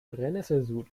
brennesselsud